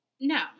No